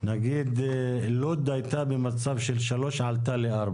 נגיד לוד הייתה במצב של 3 ועלתה ל-4,